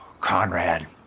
Conrad